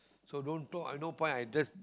so don't talk I no point I just